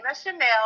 Chanel